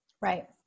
Right